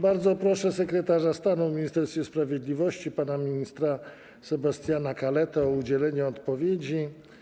Bardzo proszę sekretarza stanu w Ministerstwie Sprawiedliwości pana ministra Sebastiana Kaletę o udzielenie odpowiedzi.